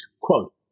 quote